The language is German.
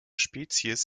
spezies